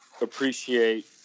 appreciate